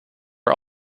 are